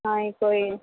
ஆ இப்போவே